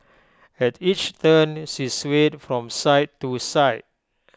at each turn she swayed from side to side